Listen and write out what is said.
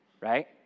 right